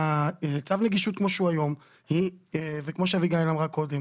צו הנגישות כמו שהוא היום וכמו שאביגיל אמרה קודם